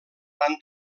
van